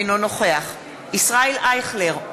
אינו נוכח ישראל אייכלר,